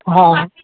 हँ